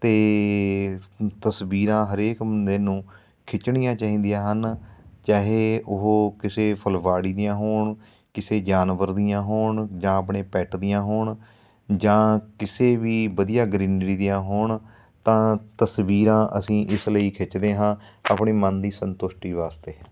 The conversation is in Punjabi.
ਅਤੇ ਤਸਵੀਰਾਂ ਹਰੇਕ ਬੰਦੇ ਨੂੰ ਖਿੱਚਣੀਆਂ ਚਾਹੀਦੀਆਂ ਹਨ ਚਾਹੇ ਉਹ ਕਿਸੇ ਫੁਲਵਾੜੀ ਦੀਆਂ ਹੋਣ ਕਿਸੇ ਜਾਨਵਰ ਦੀਆਂ ਹੋਣ ਜਾਂ ਆਪਣੇ ਪੈੱਟ ਦੀਆਂ ਹੋਣ ਜਾਂ ਕਿਸੇ ਵੀ ਵਧੀਆ ਗਰੀਨਰੀ ਦੀਆਂ ਹੋਣ ਤਾਂ ਤਸਵੀਰਾਂ ਅਸੀਂ ਇਸ ਲਈ ਖਿੱਚਦੇ ਹਾਂ ਆਪਣੇ ਮਨ ਦੀ ਸੰਤੁਸ਼ਟੀ ਵਾਸਤੇ